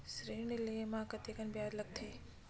ऋण ले म कतेकन ब्याज लगथे?